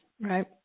right